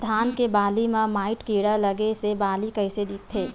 धान के बालि म माईट कीड़ा लगे से बालि कइसे दिखथे?